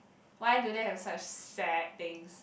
why do they have such sad things